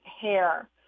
hair